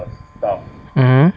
mmhmm